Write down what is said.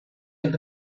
del